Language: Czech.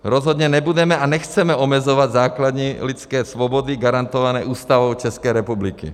Rozhodně nebudeme a nechceme omezovat základní lidské svobody garantované Ústavou České republiky.